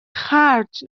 خرج